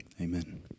amen